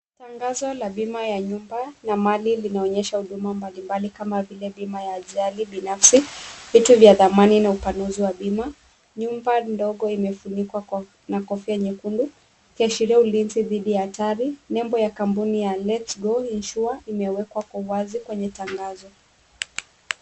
Tangazo la bima ya nyumba na mali linaonesha huduma mbalimbali kama vile bima ya ajali binafsi, vitu vya dhamani na upanuzi wa bima. Nyumba ndogo imefunikwa na kofia nyekundu ikiashiria ulinzi dhidi ya hatari. Nembo ya kampuni ya let's go insure imewekwa kwa wazi kwenye tangazo.